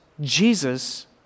Jesus